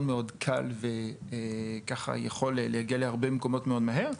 קל ויכול להגיע להרבה מקומות מאוד מהר,